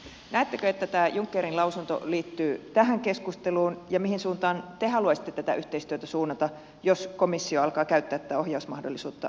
näettekö että tämä junckerin lausunto liittyy tähän keskusteluun ja mihin suuntaan te haluaisitte tätä yhteistyötä suunnata jos komissio alkaa käyttää tätä ohjausmahdollisuutta vahvemmin